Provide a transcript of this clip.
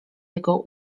jego